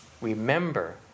remember